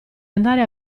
andare